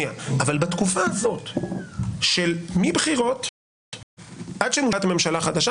בתקופה הזאת מבחירות עד שמושבעת ממשלה חדשה,